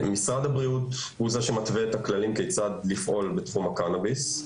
משרד הבריאות הוא זה שמתווה את הכללים כיצד לפעול בתחום הקנביס.